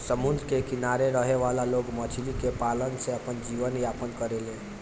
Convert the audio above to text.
समुंद्र के किनारे रहे वाला लोग मछली के पालन से आपन जीवन यापन करेले